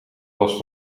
last